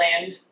land